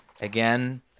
again